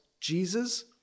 Jesus